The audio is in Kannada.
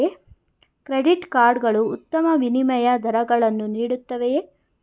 ಕ್ರೆಡಿಟ್ ಕಾರ್ಡ್ ಗಳು ಉತ್ತಮ ವಿನಿಮಯ ದರಗಳನ್ನು ನೀಡುತ್ತವೆಯೇ?